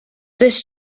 this